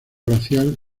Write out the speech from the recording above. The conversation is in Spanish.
glaciar